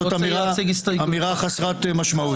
זאת אמירה חסרת משמעות.